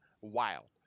wild